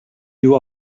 you